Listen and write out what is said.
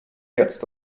jetzt